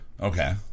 Okay